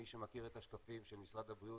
מי שמכיר את השקפים של משרד הבריאות,